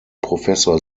professor